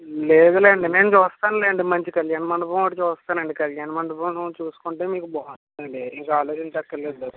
లేదులేండి నేను చూస్తాను లెండి మంచి కళ్యాణ మండపం ఒకటి చూస్తానండి కళ్యాణ మండపం మనం చూసుకుంటే మీకు బాగుంటదండి ఇంక ఆలోచించక్కర్లేదు